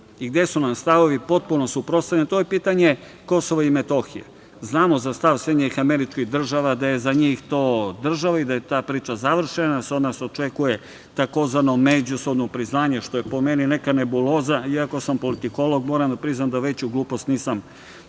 i gde su nam stavovi potpuno suprotstavljeni, a to je pitanje Kosova i Metohije. Znamo za stav SAD da je za njih to država i da je ta priča završena i da se od nas očekuje takozvano međusobno priznanje što je po meni neka nebuloza iako sam politikolog, moram da priznam da veću glupost nisam